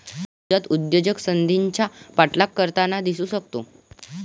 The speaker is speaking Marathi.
नवजात उद्योजक संधीचा पाठलाग करताना दिसू शकतो